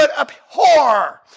abhor